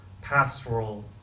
pastoral